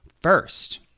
first